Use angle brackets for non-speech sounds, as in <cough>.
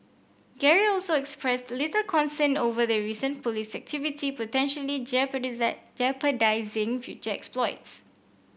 Gary also expressed little concern over the recent police activity potentially <unintelligible> jeopardising future exploits